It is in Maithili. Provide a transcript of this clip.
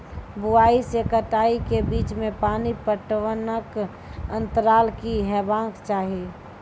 बुआई से कटाई के बीच मे पानि पटबनक अन्तराल की हेबाक चाही?